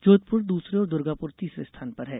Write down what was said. जोधपुर दूसरे और दुर्गापुर तीसरे स्थान पर है